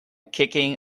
kicking